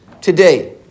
today